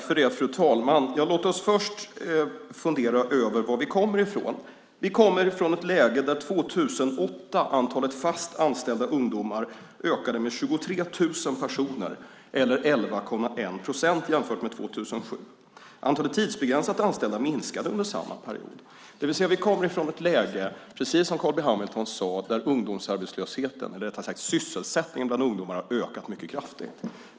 Fru talman! Låt oss först fundera över var vi kommer från. Vi kommer från ett läge där 2008 antalet fast anställda ungdomar ökade med 23 000 personer eller 11,1 procent jämfört med 2007. Antalet tidsbegränsat anställda minskade under samma period. Vi kommer från ett läge, precis som Carl B Hamilton sade, där sysselsättningen bland ungdomar har ökat mycket kraftigt.